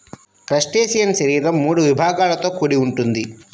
crustacean శరీరం మూడు విభాగాలతో కూడి ఉంటుంది